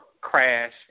crash